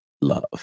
love